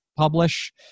publish